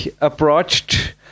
approached